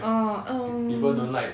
ah um